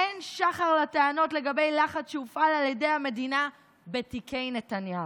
"אין שחר לטענות לגבי לחץ שהופעל על עדי המדינה בתיקי נתניהו".